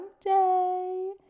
day